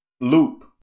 loop